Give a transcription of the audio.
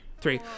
Three